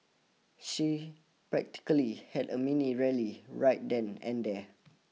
she practically had a mini rally right then and there